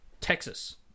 Texas